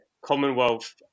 Commonwealth